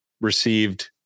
received